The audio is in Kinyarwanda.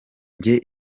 njye